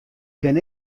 kin